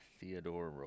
Theodore